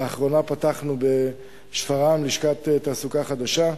לאחרונה פתחנו בשפרעם לשכת תעסוקה חדשה,